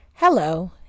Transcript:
Hello